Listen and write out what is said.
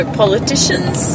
politicians